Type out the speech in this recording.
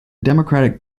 democratic